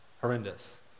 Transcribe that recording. horrendous